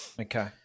Okay